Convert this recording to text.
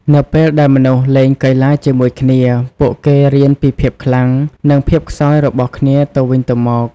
នៅពេលដែលមនុស្សលេងកីឡាជាមួយគ្នា ពួកគេរៀនពីភាពខ្លាំង និងភាពខ្សោយរបស់គ្នាទៅវិញទៅមក។